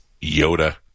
Yoda